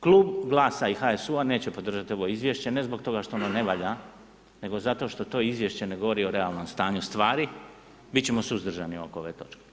Klub Glasa i HSU-a neće podržati ovo izvješće, ne zbog toga što ono ne valja, nego zato što to izvješće ne govori o realnom stanju stvari, bit ćemo suzdržani oko ove točke.